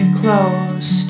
close